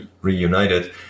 reunited